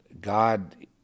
God